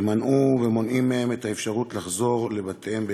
שמנעו ומונעים מהם את האפשרות לחזור לבתיהם בהקדם.